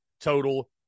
total